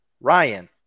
Ryan